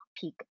peak